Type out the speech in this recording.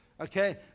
okay